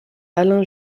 alain